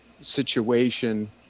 situation